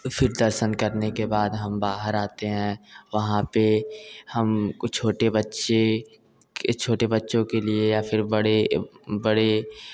फिर दर्शन करने के बाद हम बाहर आते हैं वहाँ पर हम कुछ छोटे बच्चे छोटे बच्चों के लिए या फिर बड़े बड़े